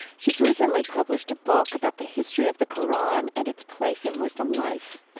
she's recently published a book about the history of the qur'an and its place in muslim life.